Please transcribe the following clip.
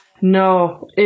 No